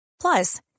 Plus